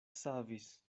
savis